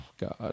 God